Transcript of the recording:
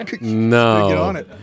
No